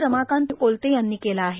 रमाकांत कोलते यांनी केला आहे